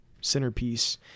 centerpiece